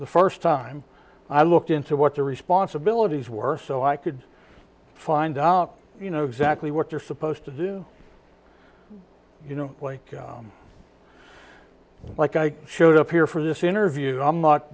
the first time i looked into what the responsibilities were so i could find out you know exactly what you're supposed to do you know like like i showed up here for this interview i'm not